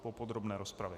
Po podrobné rozpravě.